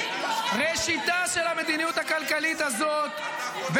--- ראשיתה של המדיניות הכלכלית הזאת זה